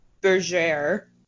Berger